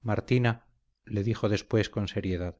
martina le dijo después con seriedad